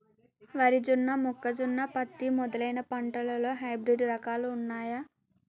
వరి జొన్న మొక్కజొన్న పత్తి మొదలైన పంటలలో హైబ్రిడ్ రకాలు ఉన్నయా?